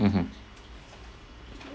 mmhmm